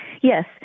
Yes